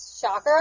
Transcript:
shocker